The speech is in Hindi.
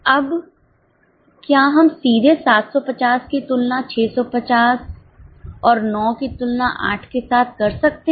अब क्या हम सीधे 750 की तुलना 650 और 9 की तुलना 8 के साथ कर सकते हैं